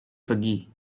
pergi